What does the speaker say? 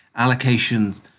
allocations